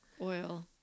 Oil